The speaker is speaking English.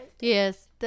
Yes